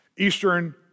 Eastern